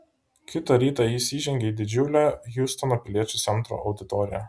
kitą rytą jis įžengė į didžiulę hjustono piliečių centro auditoriją